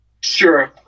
Sure